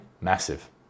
massive